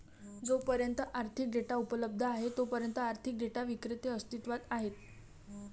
जोपर्यंत आर्थिक डेटा उपलब्ध आहे तोपर्यंत आर्थिक डेटा विक्रेते अस्तित्वात आहेत